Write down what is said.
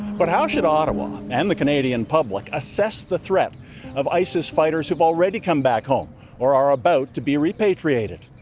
but how should ottawa and the canadian public assess the threat of isis fighters who have already come back home or are about to be repatriated?